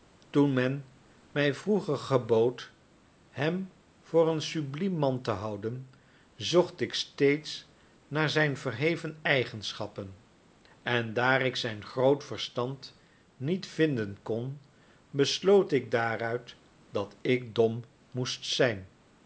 toen men mij vroeger gebood hem voor een subliem man te houden zocht ik steeds naar zijn verheven eigenschappen en daar ik zijn groot verstand niet vinden kon besloot ik daaruit dat ik dom moest zijn